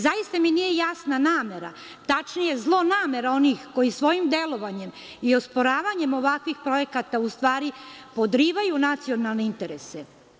Zaista mi nije jasna namera, tačnije zlonamera onih koji svojim delovanjem i osporavanjem ovakvih projekata u stvari podrivaju nacionalne interese.